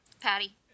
Patty